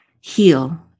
heal